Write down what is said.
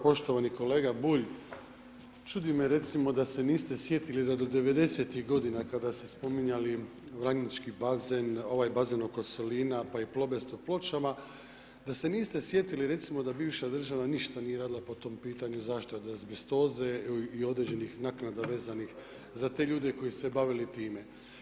Poštovani kolega Bulj, čudi me, recimo, da se niste sjetili da do 90.-tih godina kada ste spominjali Lagnjinčki bazen, ovaj bazen oko Solina, pa i o Plobest u Pločama, da se niste sjetili, recimo, da bivša država ništa nije radila po tome pitanju zaštita od azbestoze i određenih naknada vezanih za te ljude koji su se bavili time.